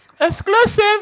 Exclusive